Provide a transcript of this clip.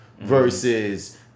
versus